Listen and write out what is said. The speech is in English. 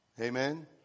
Amen